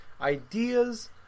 ideas